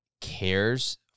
cares